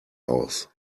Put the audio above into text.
aus